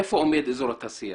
איפה עומד אזור התעשייה?